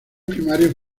primarios